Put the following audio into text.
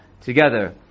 together